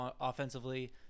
offensively